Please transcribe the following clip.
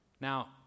Now